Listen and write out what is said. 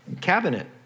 cabinet